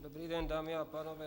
Dobrý den, dámy a pánové.